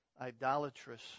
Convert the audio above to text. idolatrous